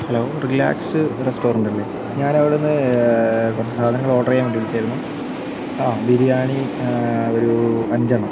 hello relax restaurant അല്ലേ ഞാനവിടെ നിന്ന് കുറച്ച് സാധനങ്ങൾ ഓർഡർ ചെയ്യാൻ വേണ്ടി വിളിച്ചതായിരുന്നു ആ ബിരിയാണി ഒരു അഞ്ചെണ്ണം